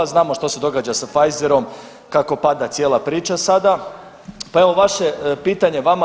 Znamo što se događa sa Pfeiserom, kako pada cijela priča sada, pa evo vaše pitanje vama.